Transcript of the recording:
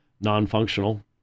non-functional